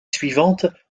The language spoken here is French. suivantes